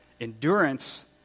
endurance